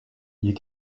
you